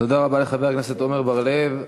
תודה רבה לחבר הכנסת עמר בר-לב.